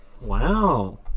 Wow